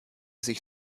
sich